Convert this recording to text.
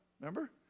remember